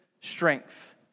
strength